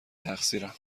تقصیرم